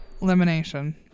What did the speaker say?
Elimination